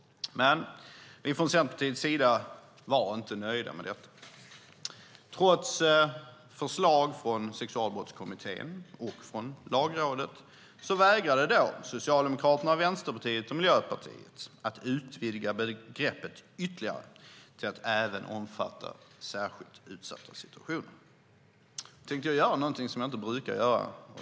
Men vi från Centerpartiets sida var inte nöjda med detta. Trots förslag från Sexualbrottskommittén och från Lagrådet vägrade Socialdemokraterna, Vänsterpartiet och Miljöpartiet att utvidga begreppet ytterligare till att även omfatta särskilt utsatta situationer. Nu tänker jag göra något som jag inte brukar göra.